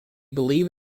believe